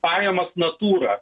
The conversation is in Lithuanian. pajamas natūra